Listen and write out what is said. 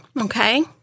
Okay